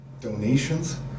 donations